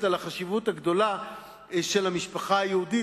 על החשיבות הגדולה של המשפחה היהודית,